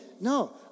No